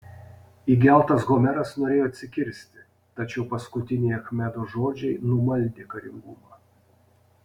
įgeltas homeras norėjo atsikirsti tačiau paskutiniai achmedo žodžiai numaldė karingumą